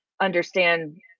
understand